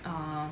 uh